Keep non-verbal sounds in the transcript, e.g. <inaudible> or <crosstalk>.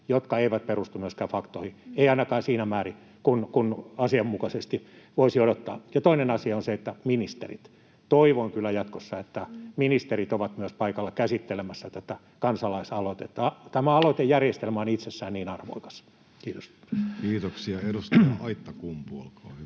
jotka eivät perustu myöskään faktoihin, eivät ainakaan siinä määrin kuin asianmukaisesti voisi odottaa. Ja toinen asia on se, että toivon kyllä jatkossa, että myös ministerit ovat paikalla käsittelemässä tätä kansalaisaloitetta. <noise> Tämä aloitejärjestelmä on itsessään niin arvokas. — Kiitos. Kiitoksia. — Edustaja Aittakumpu, olkaa hyvä.